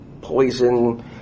poison